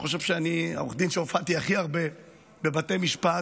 אני חושב שאני עורך הדין שהופיע הכי הרבה בבתי משפט,